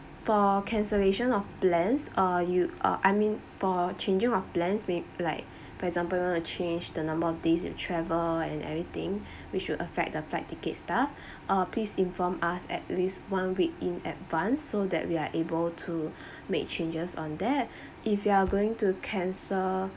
for cancellation of plans uh you uh I mean for changing of plans if like for example you want to change the number of date in travel and everything which will affect the flight ticket staff uh please inform us at least one week in advance so that we are able to make changes on that if you are going to cancel